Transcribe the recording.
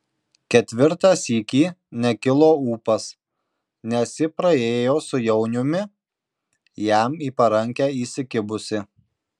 ketvirtą sykį nekilo ūpas nes ji praėjo su jauniumi jam į parankę įsikibusi